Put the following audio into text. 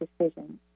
decisions